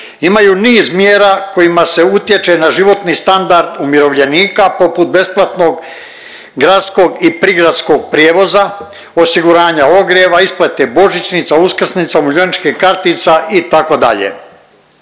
imaju niz mjera kojima se utječe na životni standard umirovljenika poput besplatnog gradskog i prigradskog prijevoza, osiguranja ogrijeva, isplate božićnica, uskrsnica, umirovljeničkih kartica itd..